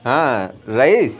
ہاں رئیس